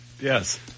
Yes